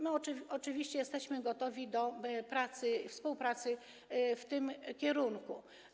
My oczywiście jesteśmy gotowi do pracy, współpracy w tym kierunku.